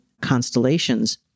constellations